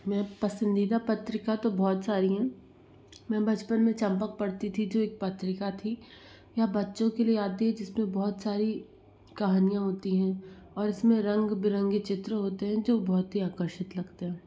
मैं पसंदीदा पत्रिका तो बहुत सारी हैं मैं बचपन में चंपक पढ़ती थी जो एक पत्रिका थी यह बच्चों के लिए आती है जिसमें बहुत सारी कहानियाँ होती हैं और इसमें रंग बिरंगे चित्र होते हैं जो बहुत आकर्षक लगते हैं